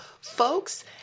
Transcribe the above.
folks